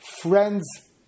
friends